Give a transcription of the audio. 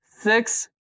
six